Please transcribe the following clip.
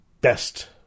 best